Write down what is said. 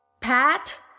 Pat